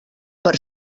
per